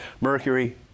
Mercury